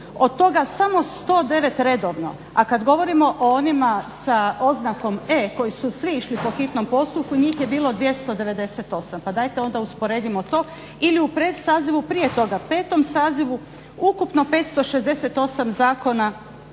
od toga samo 109 redovno. A kad govorimo o onima sa oznakom E koji su svi išli po hitnom postupku, njih je bilo 298. Pa dajte onda usporedimo to. Ili u predsazivu prije toga, 5. sazivu, ukupno 568 zakona,